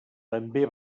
també